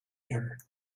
her